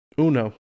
Uno